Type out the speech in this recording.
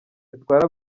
zitwara